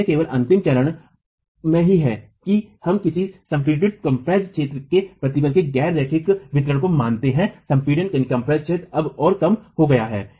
तो यह केवल अंतिम चरण में है कि हम संपीड़ित क्षेत्र में प्रतिबल के गैर रैखिक वितरण को मानते हैं संपीड़ित क्षेत्र अब और कम हो गया है